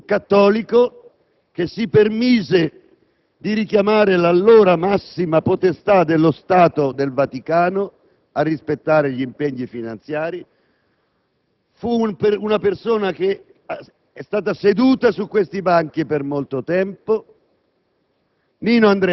un cattolico, che si permise di richiamare l'allora massima potestà dello Stato del Vaticano a rispettare gli impegni finanziari. Fu una persona che è stata seduta su questi banchi per molto tempo,